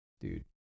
Dude